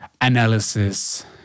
analysis